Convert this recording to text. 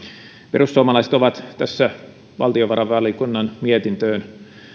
perussuomalaiset ovat tässä valtiovarainvaliokunnan mietintöön